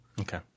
Okay